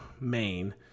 main